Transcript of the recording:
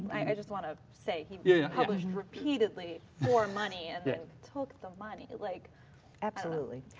i just want to say he yeah published repeatedly for money and then took the money. like absolutely.